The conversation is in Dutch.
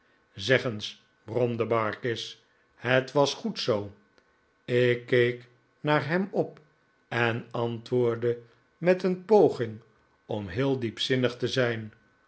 zeg eens bromde barkis het was goed zoo ik keek naar hem op en antwoordde met een poging om heel dienzinnig te zijn